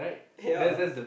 ya